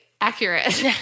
accurate